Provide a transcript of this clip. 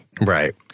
Right